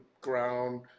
ground